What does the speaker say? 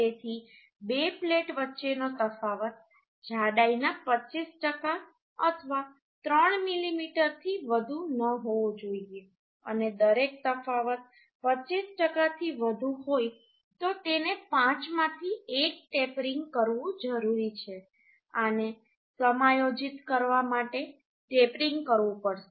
તેથી બે પ્લેટ વચ્ચેનો તફાવત જાડાઈના 25 ટકા અથવા 3 મીમીથી વધુ ન હોવો જોઈએ અને દરેક તફાવત 25 ટકાથી વધુ હોય તો તેને 5 માંથી 1 ટેપરિંગ કરવું જરૂરી છે આને સમાયોજિત કરવા માટે ટેપરિંગ કરવું પડશે